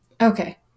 Okay